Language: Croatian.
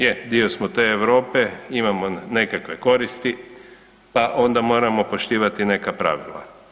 Je dio smo te Europe, imamo nekakve koristi, pa onda moramo poštovati neka pravila.